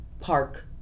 park